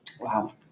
Wow